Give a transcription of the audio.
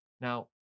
Now